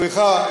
סליחה,